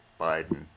Biden